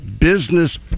business